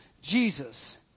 Jesus